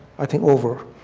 i think, are over.